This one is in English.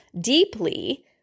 deeply